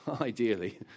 ideally